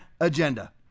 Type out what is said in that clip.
agenda